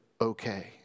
okay